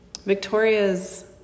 Victoria's